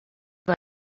very